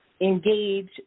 engage